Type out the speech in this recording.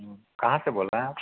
कहाँ से बोल रहे हैं आप